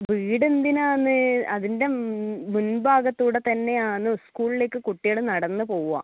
വീട് എന്തിനാണ് അതിൻ്റെ ഭാഗത്ത് കൂടെ തന്നെ ആണ് സ്കൂളിലേക്ക് കുട്ടികൾ നടന്ന് പോവുക